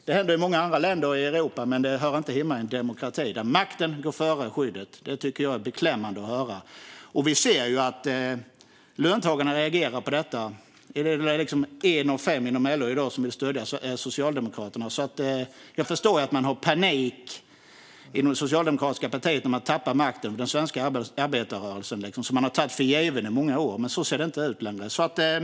Det händer i många andra länder i Europa. Men det hör inte hemma i en demokrati. Det är beklämmande att höra att makten går före skyddet. Vi ser att löntagarna reagerar på detta. Det är i dag en av fem inom LO som vill stödja Socialdemokraterna. Jag förstår att man har panik i det socialdemokratiska partiet när man tappar makten i den svenska arbetarrörelsen som man har tagit för given i många år. Men så ser det inte ut längre.